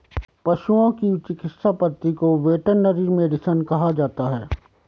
पशुओं की चिकित्सा पद्धति को वेटरनरी मेडिसिन कहा जाता है